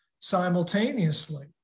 simultaneously